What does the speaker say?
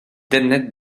dennet